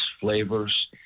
flavors